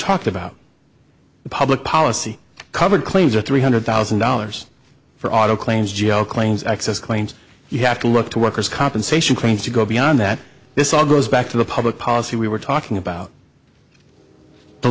talked about public policy covered claims are three hundred thousand dollars for auto claims g a o claims access claims you have to look to workers compensation claims to go beyond that this all goes back to the public policy we were talking about the